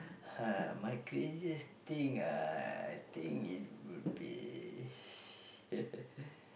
ha my craziest thing ah I think it would be